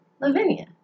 Lavinia